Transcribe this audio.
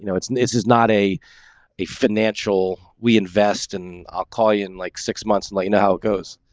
you know it's this is not a a financial we invest in ah call you in like six months and like now goes